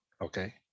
Okay